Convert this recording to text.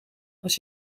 als